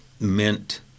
meant